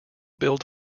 billed